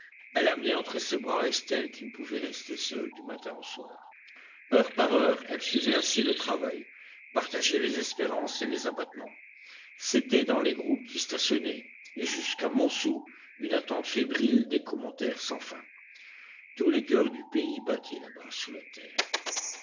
elle amenait entre ses bras estelle qui ne pouvait rester seule du matin au soir heure par heure elle suivait ainsi le travail partageait les espérances et les abattements c'était dans les groupes qui stationnaient et jusqu'à montsou une attente fébrile des commentaires sans fin tous les coeurs du pays battaient là-bas sous la terre